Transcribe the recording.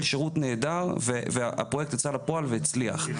שירות נהדר והפרויקט יצא לפועל והצליח.